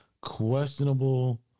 Questionable